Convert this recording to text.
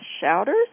shouters